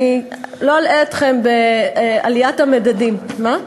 אני לא אלאה אתכם בעליית המדדים, מה?